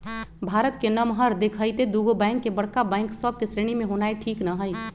भारत के नमहर देखइते दुगो बैंक के बड़का बैंक सभ के श्रेणी में होनाइ ठीक न हइ